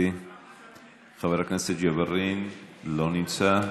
חבר הכנסת ג'בארין, לא נמצא.